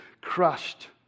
crushed